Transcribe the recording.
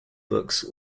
books